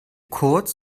kurz